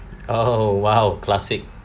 oh !wow! classic